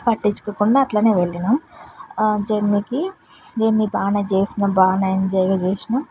పట్టించుకోకుండా అట్లానే వెళ్ళినాం జర్నీకి జర్నీ బాగానే చేసినాం బాగానే ఎంజాయ్గా చేసినాం